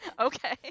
okay